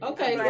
Okay